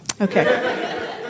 Okay